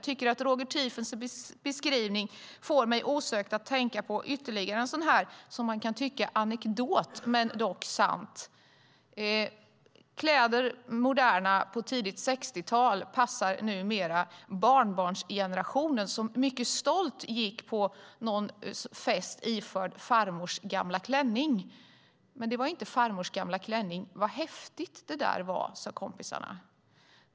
Roger Tiefensees beskrivning får mig osökt att tänka på ytterligare en anekdot, en som faktiskt är sann. Kläder som var moderna på tidigt 60-tal passar numera barnbarnsgenerationen, som stolt går på fest iförd farmors gamla klänning. Men nu är det inte längre farmors gamla klänning. Enligt kompisarna är den häftig.